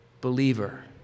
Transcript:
believer